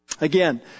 Again